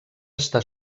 està